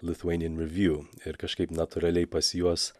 lithuanian review ir kažkaip natūraliai pas juos